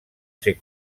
ser